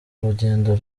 rugendo